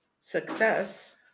success